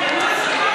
אתם לא אזרחים.